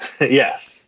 Yes